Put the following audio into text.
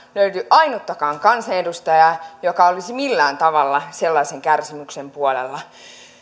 löydy ainuttakaan kansanedustajaa joka olisi millään tavalla sellaisen kärsimyksen puolella